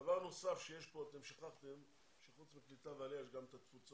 דבר נוסף שיש פה אתם שכחתם שחוץ מקליטה ועלייה יש גם את התפוצות.